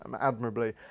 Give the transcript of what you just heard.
admirably